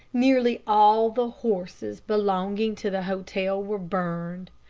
nearly all the horses belonging to the hotel were burned.